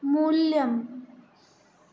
मूल्यम्